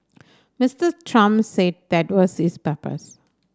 Mister Trump said that was his purpose